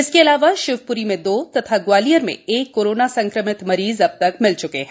इसके अलावा शिवप्री में दो तथा ग्वालियर में एक कोरोना संक्रमित मरीज अब तक मिल चुके हैं